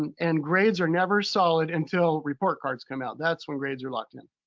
and and grades are never solid until report cards come out. that's when grades are locked in.